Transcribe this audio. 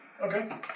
Okay